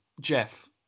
Jeff